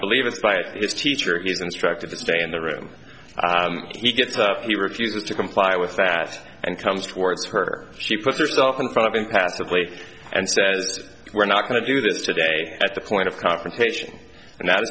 believe if by this teacher is instructed to stay in the room he gets up he refuses to comply with fast and comes towards her she puts herself in front of him passively and says we're not going to do this today at the point of confrontation and